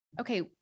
okay